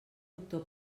doctor